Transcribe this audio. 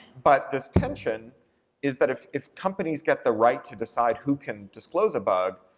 but this tension is that if if companies get the right to decide who can disclose a bug,